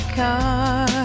car